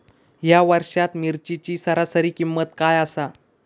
या वर्षात मिरचीची सरासरी किंमत काय आसा?